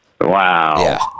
Wow